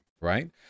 right